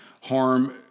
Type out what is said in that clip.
harm